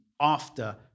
after-